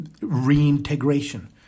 reintegration